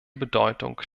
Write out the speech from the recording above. bedeutung